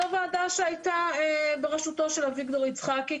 זו ועדה שהייתה בראשותו של אביגדור יצחקי